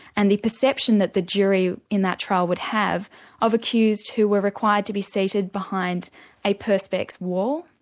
and the perception that the jury in that trial would have of accused who were required to be seated behind a perspex wall,